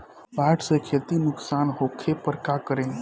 बाढ़ से खेती नुकसान होखे पर का करे?